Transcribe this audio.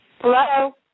Hello